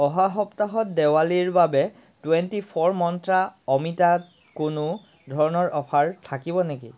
অহা সপ্তাহত দেৱালীৰ বাবে টুৱেণ্টি ফ'ৰ মন্ত্ৰা অমিতাত কোনো ধৰণৰ অফাৰ থাকিব নেকি